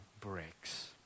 breaks